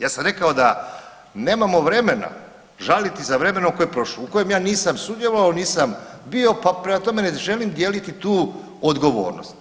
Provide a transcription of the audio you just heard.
Ja sam rekao da nemamo vremena žaliti za vremenom koje je prošlo, u kojem ja nisam sudjelovao, nisam bio, pa prema tome ne želim dijeliti tu odgovornost.